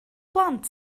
blant